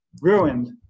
ruined